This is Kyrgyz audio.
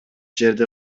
жерди